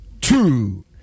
two